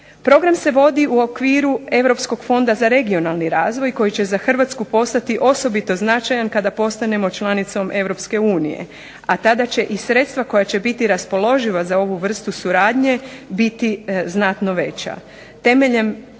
Program se vodi u okviru Europskog fonda za regionalni razvoj koji će za Hrvatsku postati osobito značajan kada postanemo članicom EU, a tada će i sredstva koja će biti raspoloživa za ovu vrstu suradnje biti znatno veća.